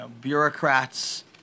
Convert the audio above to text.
bureaucrats